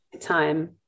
Time